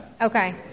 Okay